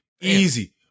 Easy